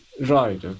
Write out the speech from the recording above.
Right